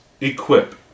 equip